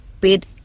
paid